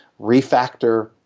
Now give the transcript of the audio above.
refactor